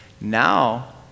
now